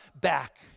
back